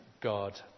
God